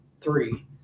three